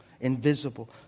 invisible